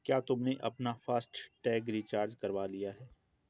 क्या तुमने अपना फास्ट टैग रिचार्ज करवा लिया है?